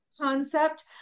concept